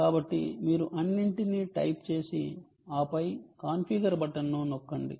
కాబట్టి మీరు అన్నింటినీ టైప్ చేసి ఆపై కాన్ఫిగర్ బటన్ను నొక్కండి